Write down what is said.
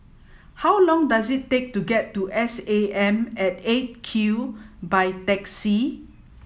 how long does it take to get to S A M at eight Q by taxi